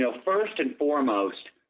so first and foremost